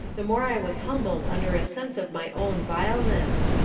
the more i was humbled under a sense of my own vileness.